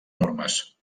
normes